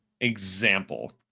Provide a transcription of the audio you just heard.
example